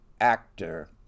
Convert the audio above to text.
actor